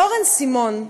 אורן סימון,